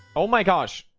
oh my gosh,